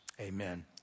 Amen